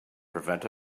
prevent